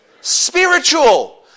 spiritual